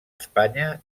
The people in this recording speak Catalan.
espanya